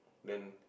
then